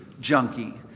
junkie